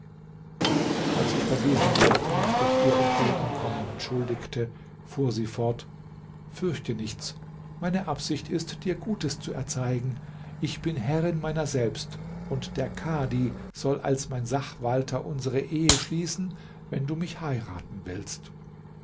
als ich bei diesen worten mich durch ihr entgegenkommen entschuldigte fuhr sie fort fürchte nichts meine absicht ist dir gutes zu erzeigen ich bin herrin meiner selbst und der kadhi soll als mein sachwalter unsere ehe schließen wenn du mich heiraten willst